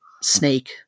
snake